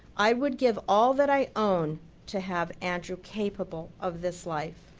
i would give all that i own to have andrew capable of this life.